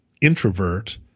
introvert